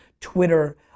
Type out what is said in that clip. Twitter